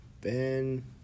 Ben